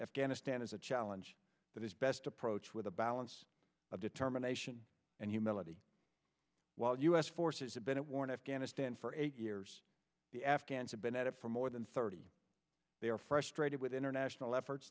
afghanistan is a challenge that is best approach with a balance of determination and humility while u s forces have been at war in afghanistan for eight years the afghans have been at it for more than thirty they are frustrated with international effort